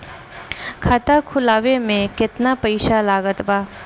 खाता खुलावे म केतना पईसा लागत बा?